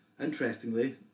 Interestingly